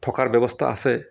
থকাৰ ব্যৱস্থা আছে